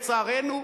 לצערנו,